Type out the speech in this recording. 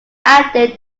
added